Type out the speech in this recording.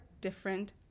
different